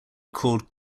called